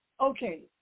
Okay